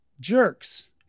jerks